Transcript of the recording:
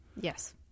Yes